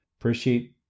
appreciate